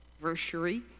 anniversary